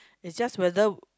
it's just whether